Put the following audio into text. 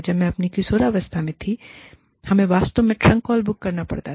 जब मैं अपनी किशोरावस्था में थी हमें वास्तव में ट्रंक कॉल बुक करना पड़ता था